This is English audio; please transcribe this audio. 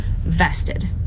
vested